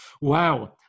Wow